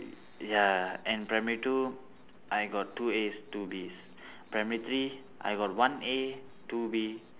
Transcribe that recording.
ya and primary two I got two As two Bs primary three I got one A two B